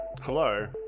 Hello